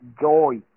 joy